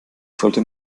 sollte